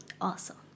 Awesome